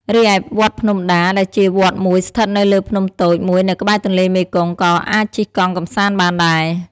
រីឯ វត្តភ្នំដា ដែលជាវត្តមួយស្ថិតនៅលើភ្នំតូចមួយនៅក្បែរទន្លេមេគង្គក៏អាចជិះកង់កម្សាន្តបានដែរ។